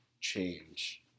change